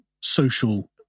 social